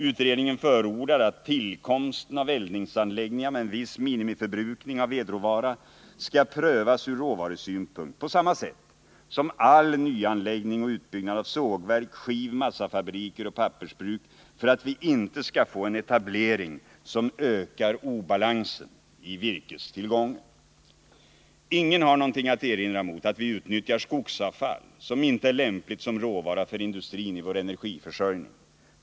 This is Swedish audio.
Utredningen förordar att tillkomsten av eldningsanläggningar med en viss minimiförbrukning av vedråvara skall prövas ur råvarusynpunkt på samma sätt som all nyanläggning och utbyggnad av sågverk, skivoch massafabriker samt pappersbruk för att vi inte skall få en etablering som ökar obalansen i virkestillgången. Ingen har något att erinra mot att vi utnyttjar skogsavfall som inte är lämpligt som råvara för industrin i vår energiförsörjning.